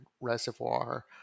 reservoir